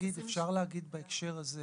אפשר להגיד בהקשר הזה